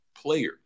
player